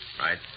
Right